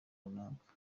runaka